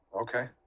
Okay